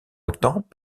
autant